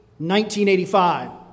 1985